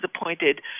appointed